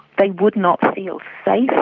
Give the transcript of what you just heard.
they would not feel safe